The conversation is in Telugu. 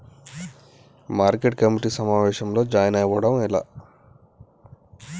మార్కెట్ కమిటీ సమావేశంలో జాయిన్ అవ్వడం ఎలా?